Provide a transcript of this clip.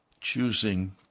choosing